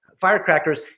firecrackers